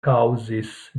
kaŭzis